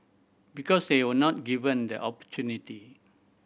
because they were not given the opportunity